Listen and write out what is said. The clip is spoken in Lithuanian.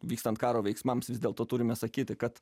vykstant karo veiksmams vis dėlto turime sakyti kad